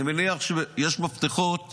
אני מניח שיש מפתחות לחינוך,